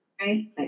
Right